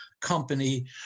company